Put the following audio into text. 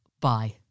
Bye